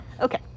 Okay